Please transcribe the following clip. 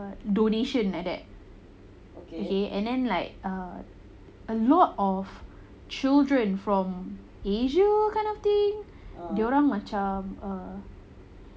donation like that okay and then like err a lot of children from asia kind of thing dorang macam err